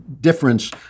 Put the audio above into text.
difference